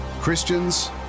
Christians